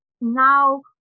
now